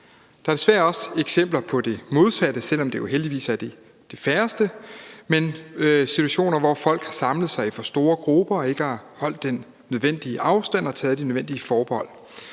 Der er desværre også eksempler på det modsatte, selv om det jo heldigvis er de færreste, men der er situationer, hvor folk har samlet sig i for store grupper og ikke har holdt den nødvendige afstand og taget de nødvendige forbehold.